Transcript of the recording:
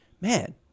man